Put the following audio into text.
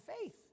faith